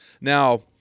Now